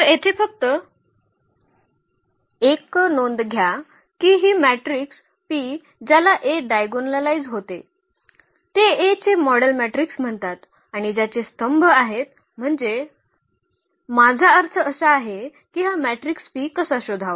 तर येथे फक्त एक नोंद घ्या की ही मॅट्रिक्स P ज्याला A डायगोनलाइझ होते ते A चे मॉडेल मॅट्रिक्स म्हणतात आणि ज्याचे स्तंभ आहेत म्हणजे माझा अर्थ असा आहे की हा मॅट्रिक्स P कसा शोधावा